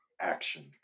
action